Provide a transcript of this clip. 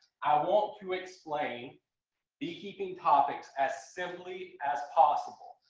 i want to explain beekeeping topics as simply as possible.